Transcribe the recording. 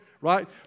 right